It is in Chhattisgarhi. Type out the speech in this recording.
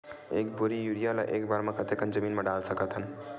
एक बोरी यूरिया ल एक बार म कते कन जमीन म डाल सकत हन?